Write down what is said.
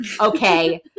okay